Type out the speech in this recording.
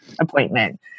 appointment